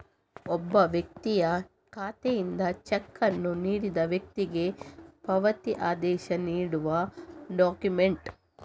ಒಬ್ಬ ವ್ಯಕ್ತಿಯ ಖಾತೆಯಿಂದ ಚೆಕ್ ಅನ್ನು ನೀಡಿದ ವ್ಯಕ್ತಿಗೆ ಪಾವತಿ ಆದೇಶ ನೀಡುವ ಡಾಕ್ಯುಮೆಂಟ್